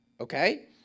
okay